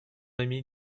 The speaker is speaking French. ami